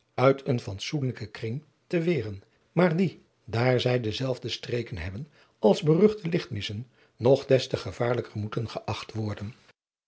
uit een fatsoenlijken kring te weren maar die daar zij dezelfde streken hebben als beruchte lichtmissen nog des te gevaarlijker moeten geacht worden